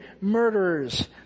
murderers